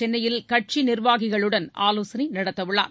சென்னையில் கட்சி நிர்வாகிகளுடன் ஆலோசனை நடத்த உள்ளார்